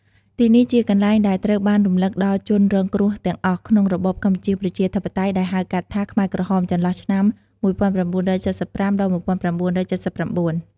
ទីនេះជាកន្លែងដែលត្រូវបានរំលឹកដល់ជនរងគ្រោះទាំងអស់ ក្នុងរបបកម្ពុជាប្រជាធិបតេយ្យ ដែលហៅកាត់ថា ខ្មែរក្រហម ចន្លោះឆ្នាំ ១៩៧៥ ដល់ ១៩៧៩។